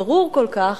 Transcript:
ברור כל כך,